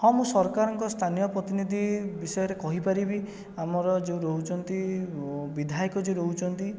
ହଁ ମୁଁ ସରକାରଙ୍କ ସ୍ଥାନୀୟ ପ୍ରତିନିଧି ବିଷୟରେ କହିପାରିବି ଆମର ଯୋଉ ରହୁଛନ୍ତି ବିଧାୟକ ଯିଏ ରହୁଛନ୍ତି